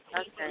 okay